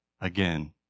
Again